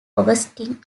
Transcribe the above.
augustine